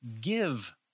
give